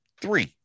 Three